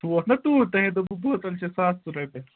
سُہ ووٚتھ نا توٗرۍ تۅہہِ ہَے دوٚپوٕ بوتل چھِ ساسَس رۄپیَس